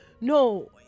no